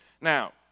Now